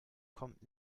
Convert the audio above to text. kommt